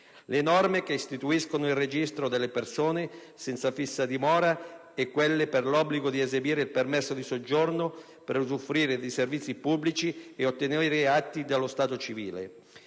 alloggi; istituzione del registro delle persone senza fissa dimora; obbligo di esibire il permesso di soggiorno per usufruire di servizi pubblici e per ottenere atti dello stato civile.